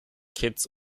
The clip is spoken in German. kitts